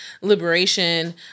liberation